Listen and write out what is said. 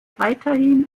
weiterhin